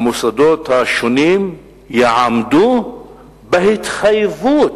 המוסדות השונים, יעמדו בהתחייבות